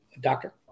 Doctor